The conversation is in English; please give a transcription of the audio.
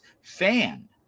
fan